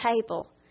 table